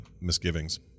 misgivings